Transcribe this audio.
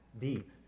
deep